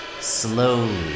slowly